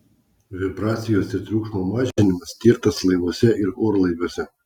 vibracijos ir triukšmo mažinimas tirtas laivuose ir orlaiviuose